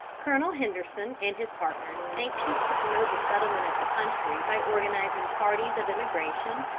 colonel henderson and his partners, anxious to promote the settlement of the country, by organising parties of emigration,